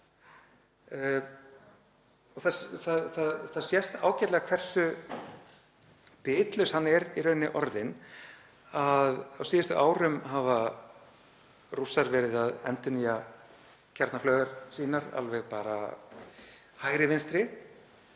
Það sýnir ágætlega hversu bitlaus hann er í raun orðinn að á síðustu árum hafa Rússar verið að endurnýja kjarnaflaugar sínar alveg hægri vinstri